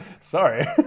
sorry